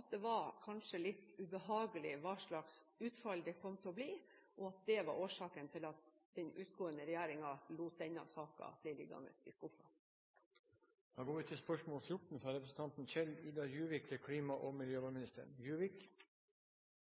at det var litt ubehagelig hva slags utfall det kom til å bli, og at det var årsaken til at den utgående regjeringen lot denne saken bli liggende i skuffen. «Regjeringen kuttet CO2-kompensasjonsordningen i sitt budsjettforslag. Dette ble etter press fra Arbeiderpartiet og